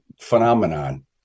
phenomenon